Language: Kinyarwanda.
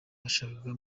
bashaka